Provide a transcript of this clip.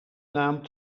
naam